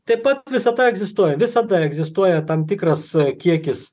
taip pat visata egzistuoja visada egzistuoja tam tikras kiekis